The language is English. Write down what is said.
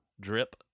drip